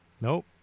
Nope